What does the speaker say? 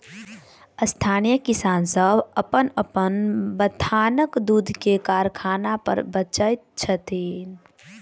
स्थानीय किसान सभ अपन अपन बथानक दूध के कारखाना पर बेचैत छथि